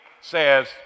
says